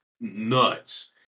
nuts